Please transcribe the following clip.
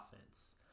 offense